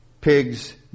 pigs